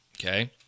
okay